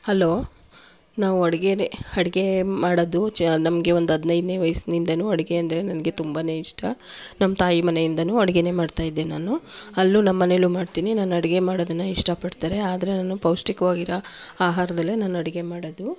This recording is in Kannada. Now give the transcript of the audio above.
ಹಲೋ ನಾವು ಅಡುಗೆನೇ ಅಡುಗೆ ಮಾಡೋದು ಚ ನಮಗೆ ಒಂದು ಹದ್ನೈದನೇ ವಯಸ್ಸಿನಿಂದಲೂ ಅಡುಗೆ ಅಂದರೆ ನನಗೆ ತುಂಬನೇ ಇಷ್ಟ ನಮ್ಮ ತಾಯಿ ಮನೆಯಿಂದಲೂ ಅಡುಗೆನೇ ಮಾಡ್ತಾಯಿದ್ದೆ ನಾನು ಅಲ್ಲೂ ನಮ್ಮನೇಲೂ ಮಾಡ್ತೀನಿ ನಾನು ಅಡುಗೆ ಮಾಡೋದನ್ನು ಇಷ್ಟಪಡ್ತಾರೆ ಆದರೆ ನಾನು ಪೌಷ್ಟಿಕವಾಗಿರೋ ಆಹಾರದಲ್ಲೇ ನಾನು ಅಡುಗೆ ಮಾಡೋದು